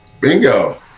Bingo